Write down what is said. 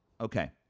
Okay